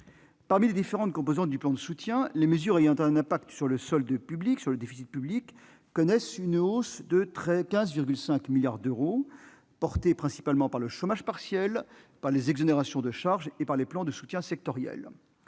Parmi les différentes composantes du plan de soutien, les mesures ayant une incidence sur le solde public connaissent une hausse de 15,5 milliards d'euros, principalement due au chômage partiel, aux exonérations de charges et aux plans de soutien sectoriels.